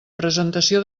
presentació